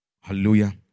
Hallelujah